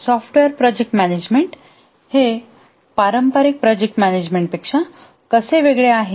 software project management हे पारंपारिक project मॅनेजमेंटापेक्षा कसे वेगळे आहे